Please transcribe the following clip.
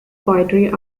poetry